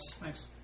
Thanks